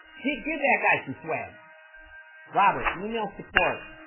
get give that guy some swag robert email support